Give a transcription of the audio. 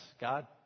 God